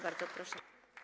Bardzo proszę.